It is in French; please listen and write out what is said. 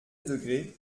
degrés